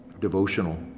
devotional